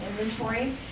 inventory